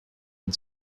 and